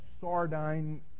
sardine